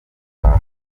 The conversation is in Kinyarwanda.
guhaha